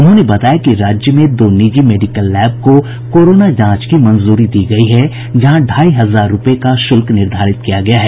उन्होंने बताया कि राज्य में दो निजी मेडिकल लैब को कोरोना जांच की मंजूरी दी गयी है जहां ढाई हजार रूपये का शुल्क निर्धारित किया गया है